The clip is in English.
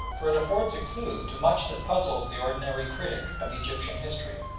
for it affords a clue to much that puzzles the ordinary critic of egyptian history.